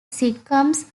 sitcoms